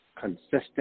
consistent